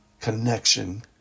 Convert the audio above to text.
connection